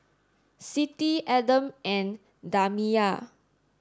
Siti Adam and Damia